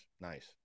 Nice